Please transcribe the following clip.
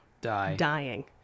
dying